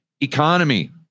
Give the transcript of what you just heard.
Economy